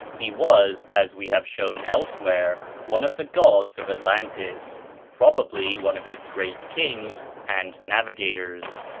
he was, as we have shown elsewhere, one of the gods of atlantis probably one of its great kings and navigators.